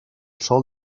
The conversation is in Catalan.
sol